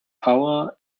power